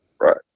right